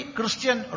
Christian